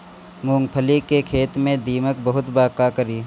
मूंगफली के खेत में दीमक बहुत बा का करी?